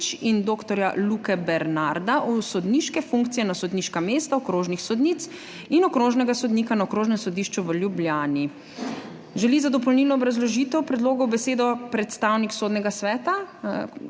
in dr. Luke Bernarda v sodniške funkcije na sodniška mesta okrožnih sodnic in okrožnega sodnika na Okrožnem sodišču v Ljubljani. Želi za dopolnilno obrazložitev predlogov besedo predstavnik Sodnega sveta